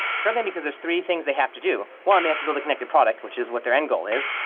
struggling because there's three things they have to do one, they have to build a connected product, which is what their end-goal is.